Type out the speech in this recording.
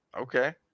Okay